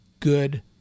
good